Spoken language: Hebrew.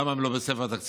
למה הן לא בספר התקציב?